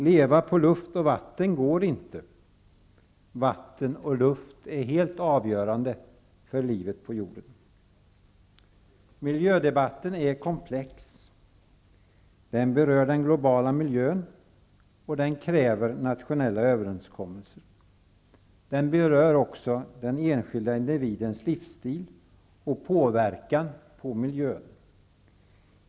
Det går inte att leva på vatten och luft, men vatten och luft är helt avgörande för livet på jorden. Miljödebatten är komplex. Den berör den globala miljön och den kräver nationella överenskommelser. Den berör också den enskilda individens livsstil och påverkan på miljön.